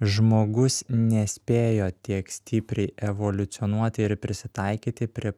žmogus nespėjo tiek stipriai evoliucionuoti ir prisitaikyti prie